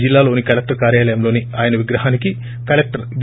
జిల్లాలోని కలెక్టర్ కార్యాలయంలోని ఆయన విగ్రహానికి కలెక్టర్ వీ